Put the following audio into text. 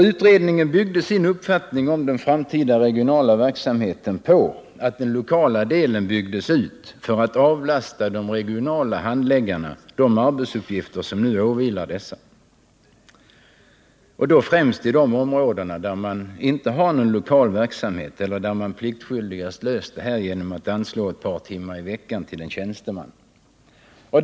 Utredningen byggde sin uppfattning om den framtida regionala verksamheten på att den lokala delen byggdes ut för att avlasta de regionala handläggarna de arbetsuppgifter som nu åvilar dessa, och då främst i de områden där man inte har någon lokal verksamhet eller där man pliktskyldigast löst problemet genom att anslå ett par timmar i veckan till en tjänsteman.